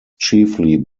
chiefly